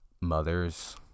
mothers